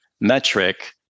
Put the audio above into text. metric